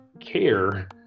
care